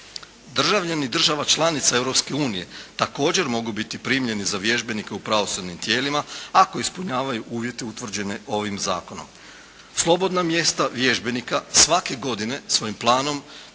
Državljani država članica Europske unije, također mogu biti primljeni za vježbenike u pravosudnim tijelima, ako ispunjavaju uvjete utvrđene ovim zakonom. Slobodna mjesta vježbenika svake godine svojim planom